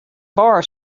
bar